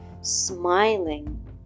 smiling